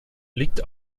liegt